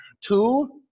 two